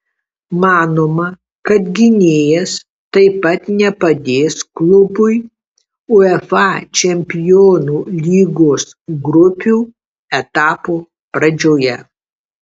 manoma kad gynėjas taip pat nepadės klubui uefa čempionų lygos grupių etapo pradžioje